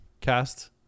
Cast